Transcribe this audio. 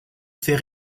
fait